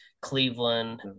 cleveland